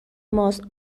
ماست